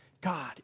God